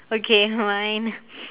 okay mine